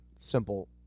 simple